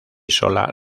sola